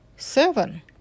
seven